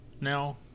now